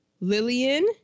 Lillian